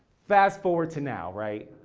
fast forward to now, right.